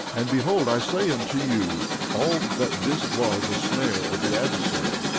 and behold i say unto you all that this was a snare of the adversary,